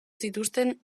zituzten